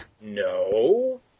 no